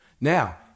Now